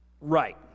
right